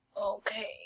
Okay